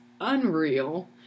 unreal